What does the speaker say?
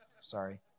Sorry